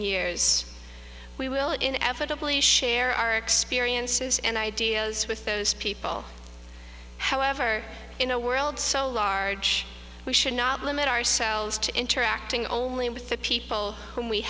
years we will inevitably share our experiences and ideas with those people however in a world so large we should not limit ourselves to interacting only with the people whom we